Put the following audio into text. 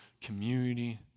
community